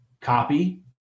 copy